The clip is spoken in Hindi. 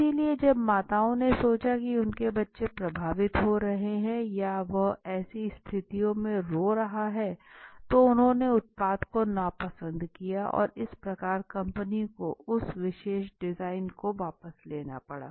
इसलिए जब माताओं ने सोचा की उनके बच्चे प्रभावित हो रहे हैं या वह ऐसी स्थितियों में रो रहा है तो उन्होंने उत्पाद को नापसंद किया और इस प्रकार कंपनी को उस विशेष डिज़ाइन को वापस लेना पड़ा